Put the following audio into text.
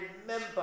remember